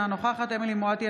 אינה נוכחת אמילי חיה מואטי,